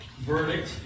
Verdict